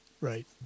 right